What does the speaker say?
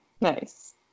Nice